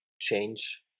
change